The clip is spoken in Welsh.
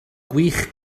gwych